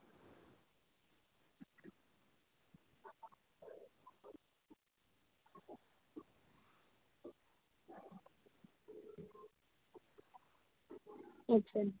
ᱟᱪᱪᱷᱟ